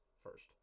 first